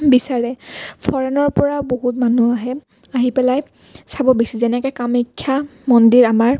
বিচাৰে ফৰেইনৰ পৰা বহুত মানুহ আহে আহি পেলাই চাব বিচাৰে যেনেকৈ কামাখ্যা মন্দিৰ আমাৰ